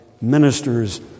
ministers